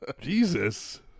Jesus